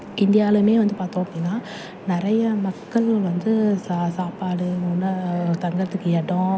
இந்தியாலுமே வந்து பார்த்தோம் அப்படின்னா நிறைய மக்களுள் வந்து சா சாப்பாடு உண தங்கிறத்துக்கு இடோம்